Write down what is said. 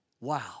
Wow